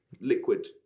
liquid